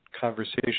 conversation